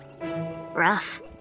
Rough